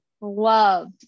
love